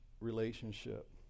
relationship